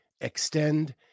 Extend